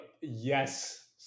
Yes